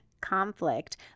conflict